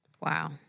Wow